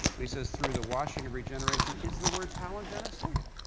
and he says, through the washing of regeneration, is the word palingenesia. yeah